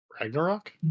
Ragnarok